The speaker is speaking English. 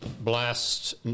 blast